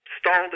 stalled